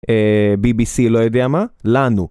בי בי סי, לא יודע מה, לנו.